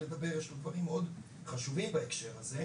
לדבר כי יש לו דברים מאוד חשובים בקשר הזה.